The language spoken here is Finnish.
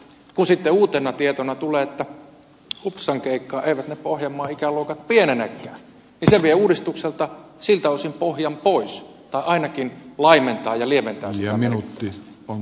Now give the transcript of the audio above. kun sitten uutena tietona tulee että upsankeikkaa eivät ne pohjanmaan ikäluokat pienenekään niin se vie uudistukselta siltä osin pohjan pois tai ainakin laimentaa ja lieventää sitä merkittävästi